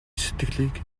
сэтгэлийг